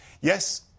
Yes